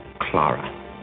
Clara